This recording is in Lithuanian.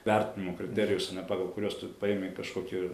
vertinimo kriterijus pagal kuriuos tu paimi kažkokį